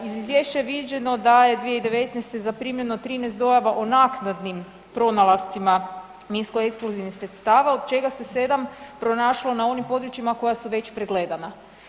Iz Izvješća je viđeno da je 2019. zaprimljeno 13 dojava o naknadnim pronalascima minsko-eksplozivnih sredstava, od čega se 7 pronašlo na onim područjima koja su već pregledana.